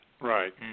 Right